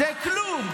זה כלום.